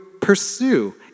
pursue